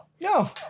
no